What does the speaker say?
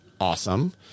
awesome